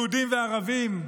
יהודים וערבים,